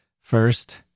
First